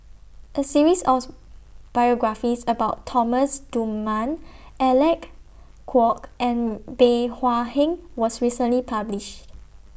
A series also biographies about Thomas Dunman Alec Kuok and Bey Hua Heng was recently published